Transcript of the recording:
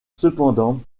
cependant